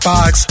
Box